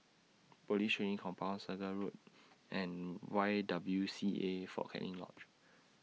Police Training Command Segar Road and Y W C A Fort Canning Lodge